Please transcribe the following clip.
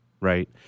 Right